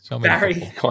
Barry